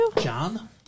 John